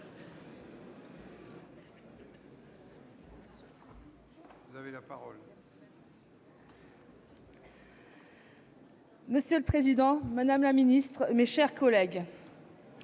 Monsieur le président, madame la ministre, mes chers collègues,